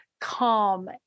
calm